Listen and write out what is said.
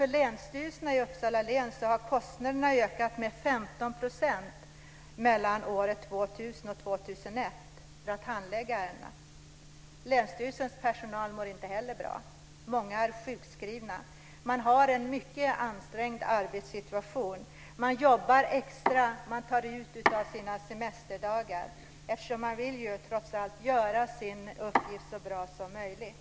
För Länsstyrelsen i Uppsala län har kostnaderna för att handlägga ärendena ökat med 15 % mellan år 2000 och 2001. Länsstyrelsens personal mår inte heller bra. Många är sjukskrivna. Man har en mycket ansträngd arbetssituation. Man jobbar extra och man tar ut av sina semesterdagar eftersom man trots allt vill utföra sin uppgift så bra som möjligt.